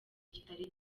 kitari